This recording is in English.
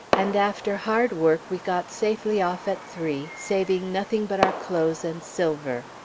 and after hard work we got safely off at three, saving nothing but our clothes and silver.